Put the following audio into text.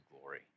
glory